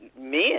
men